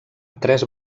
tres